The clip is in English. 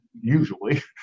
usually